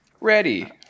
Ready